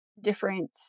different